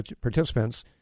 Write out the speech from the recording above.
participants